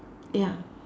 ya